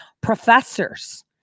Professors